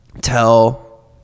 tell